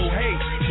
hey